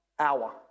hour